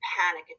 panic